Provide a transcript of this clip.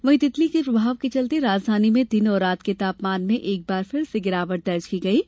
वहीं तितली के प्रभाव के चलते राजधानी में दिन और रात के तापमान में एक बार फिर से गिरावट दर्ज की गई है